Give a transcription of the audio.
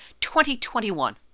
2021